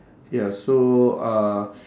ya so uh